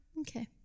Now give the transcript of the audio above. Okay